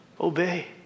obey